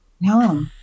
No